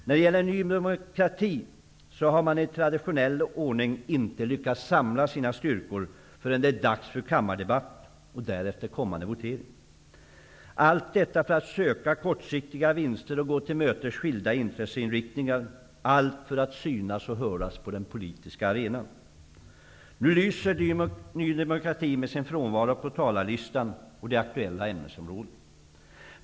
Ny demokrati har i traditionell ordning inte lyckats samla sina styrkor förrän det är dags för kammardebatt och därefter kommande votering -- detta för att söka kortsiktiga vinster och tillmötesgå skilda intresseinriktningar, allt för att synas och höras på den politiska arenan. Nu lyser Ny demokrati med sin frånvaro på talarlistan i det aktuella ämnesområdet.